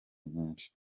nyinshi